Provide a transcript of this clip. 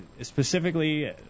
Specifically